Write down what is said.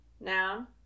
Noun